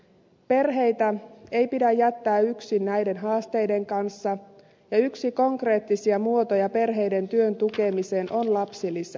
perheitä ei pidä jättää yksin näiden haasteiden kanssa ja yksi konkreettisia muotoja perheiden työn tukemiseen on lapsilisä